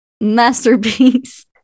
masterpiece